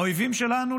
האויבים שלנו,